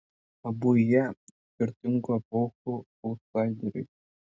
abu jie skirtingų epochų autsaideriai